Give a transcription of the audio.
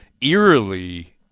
Eerily